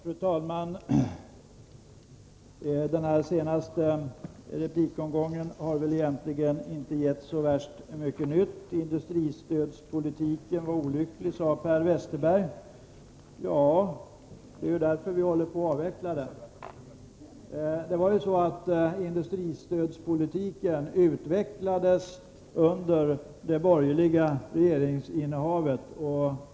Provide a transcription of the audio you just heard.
Fru talman! Den senaste replikomgången har väl egentligen inte gett så värst mycket nytt. Industristödspolitiken var olycklig, sade Per Westerberg. Ja, det är ju därför vi håller på att avveckla den. Industristödspolitiken utvecklades under det borgerliga regeringsinnehavet.